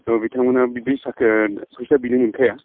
थ' बिथांमोनहा बिदि फैसा बिनो मोनखाया